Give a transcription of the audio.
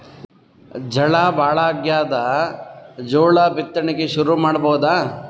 ಝಳಾ ಭಾಳಾಗ್ಯಾದ, ಜೋಳ ಬಿತ್ತಣಿಕಿ ಶುರು ಮಾಡಬೋದ?